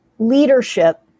leadership